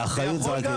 יבטל הסכמים.